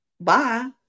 bye